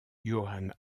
johann